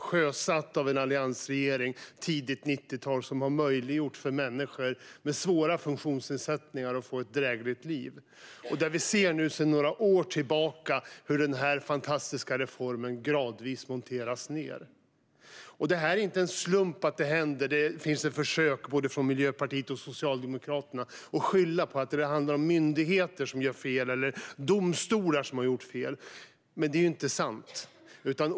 Den sjösattes av en alliansregering under tidigt 90-tal, och den har möjliggjort för människor med svåra funktionsnedsättningar att få ett drägligt liv. Sedan några år tillbaka ser vi hur denna fantastiska reform gradvis monteras ned. Det är inte en slump att det händer. Man försöker från både Miljöpartiet och Socialdemokraterna att skylla på att det handlar om myndigheter som gör fel eller om domstolar som har gjort fel, men det är inte sant.